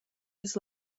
his